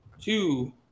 two